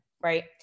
right